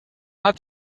hat